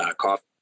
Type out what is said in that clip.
coffee